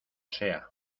sea